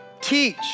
teach